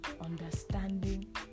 understanding